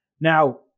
Now